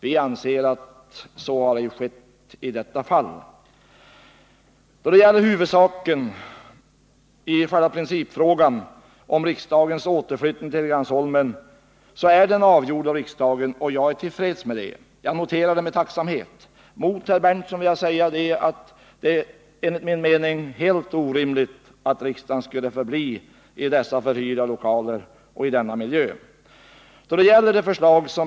Vi anser att så inte har skett i detta fall. Principfrågan om riksdagens återflyttning till Helgeandsholmen är avgjord av riksdagen, och jag noterar det med tacksamhet. Till herr Berndtson vill jag säga att det enligt min mening är helt orimligt att riksdagen skulle stanna kvar i dessa förhyrda lokaler och i denna miljö.